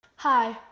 hi,